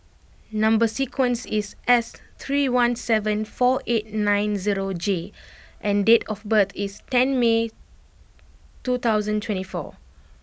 number sequence is S three one seven four eight nine zero J and date of birth is ten May two thousand twenty four